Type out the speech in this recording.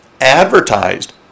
advertised